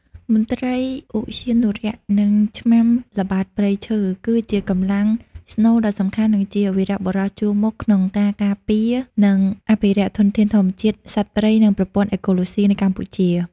មន្ត្រីឧទ្យានុរក្ស និងឆ្មាំល្បាតព្រៃឈើ គឺជាកម្លាំងស្នូលដ៏សំខាន់ និងជា វីរបុរសជួរមុខ ក្នុងការការពារ និងអភិរក្សធនធានធម្មជាតិ សត្វព្រៃ និងប្រព័ន្ធអេកូឡូស៊ីនៅកម្ពុជា។